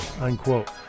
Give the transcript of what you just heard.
unquote